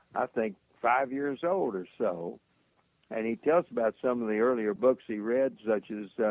i think, five years old or so and he tells about some of the earlier books he read such as yeah